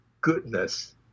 goodness